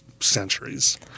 centuries